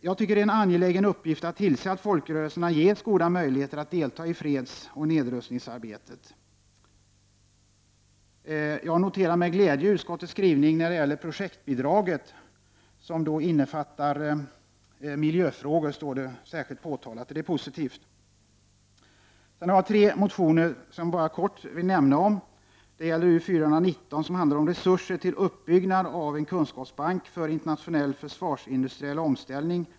Jag tycker att det är en angelägen uppgift att tillse att folkrörelserna ges goda möjligheter att delta i fredsoch nedrustningsarbetet. Jag noterar med glädje utskottets skrivning när det gäller projektbidraget, som då innefattar miljöfrågor, står det särskilt påpekat, och det är positivt. Sedan har jag vi motioner som jag bara kort vill nämna om.